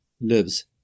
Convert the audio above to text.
lives